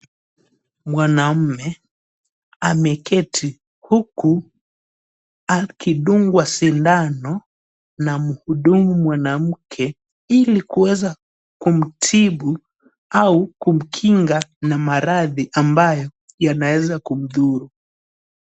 Mwanaume ameketi huku akidungwa sindano na mhudumu mwanamke ili kuweza kumtibu au kumkinga na maradhi ambayo yanaweza kumdhuru.